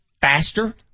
faster